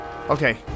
Okay